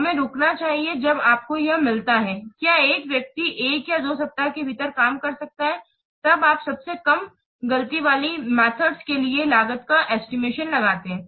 हमें रुकना चाहिए जब आपको यह मिलता है क्या एक व्यक्ति एक या दो सप्ताह के भीतर काम कर सकता है तब आप सबसे कम लागत वाली गतिमेथड के लिए लागत का एस्टिमेशन लगाते हैं